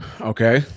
Okay